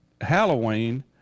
Halloween